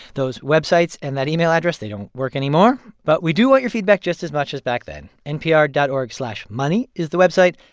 those websites and that email address they don't work anymore. but we do want your feedback just as much as back then npr dot org slash money is the website.